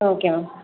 okay ma'am